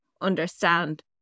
understand